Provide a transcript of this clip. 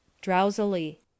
drowsily